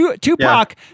Tupac